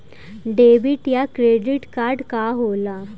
Debit या credit card का होला?